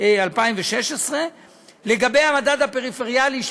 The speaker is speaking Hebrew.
לגבי המדד הפריפריאלי,